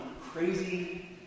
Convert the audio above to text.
crazy